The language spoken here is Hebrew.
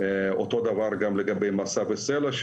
אותו דבר לגבי מסע וסלע,